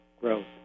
growth